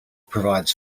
provides